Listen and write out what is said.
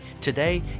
today